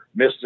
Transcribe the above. Mr